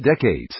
decades